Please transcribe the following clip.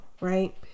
right